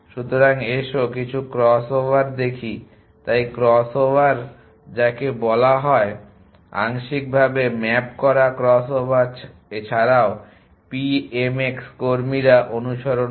সুতরাং এসো কিছু ক্রস ওভার দেখি তাই 1 ক্রস ওভার যাকে বলা হয় আংশিকভাবে ম্যাপ করা ক্রসওভার এছাড়াও PMX কর্মীরা অনুসরণ করে